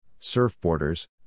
surfboarders